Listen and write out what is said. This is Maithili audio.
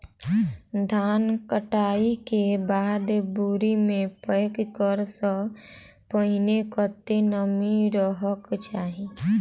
धान कटाई केँ बाद बोरी मे पैक करऽ सँ पहिने कत्ते नमी रहक चाहि?